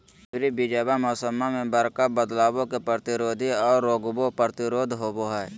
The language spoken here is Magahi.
हाइब्रिड बीजावा मौसम्मा मे बडका बदलाबो के प्रतिरोधी आ रोगबो प्रतिरोधी होबो हई